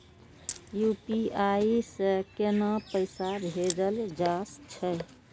UPI से केना पैसा भेजल जा छे?